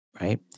right